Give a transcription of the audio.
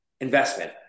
investment